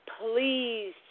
Please